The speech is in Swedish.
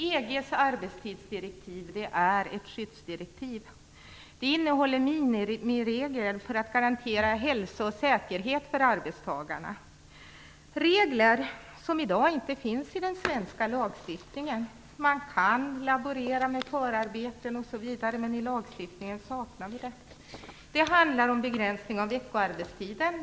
EG:s arbetstidsdirektiv är ett skyddsdirektiv. Det innehåller minimiregler för att garantera hälsa och säkerhet för arbetstagarna. Det är regler som i dag inte finns i den svenska lagstiftningen. Man kan laborera med förarbeten osv., men i lagstiftningen saknar vi detta. Det handlar om begränsningen av veckoarbetstiden.